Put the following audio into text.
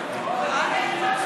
הודעה למזכירת הכנסת,